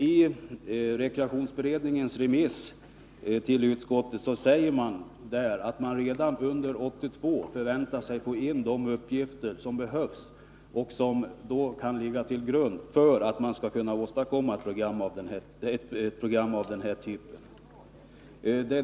I rekreationsberedningens remissyttrande till utskottet står det att man redan under 1982 förväntar sig att få in de uppgifter som behövs och som kan ligga till grund för ett program av den här typen.